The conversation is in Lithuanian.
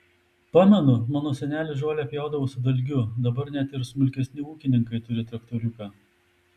pamenu mano senelis žolę pjaudavo su dalgiu dabar net ir smulkesni ūkininkai turi traktoriuką